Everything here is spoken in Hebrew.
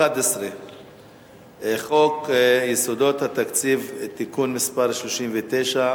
חוק יסודות התקציב (תיקון מס' 39),